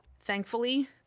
Thankfully